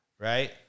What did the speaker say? right